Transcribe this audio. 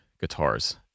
guitars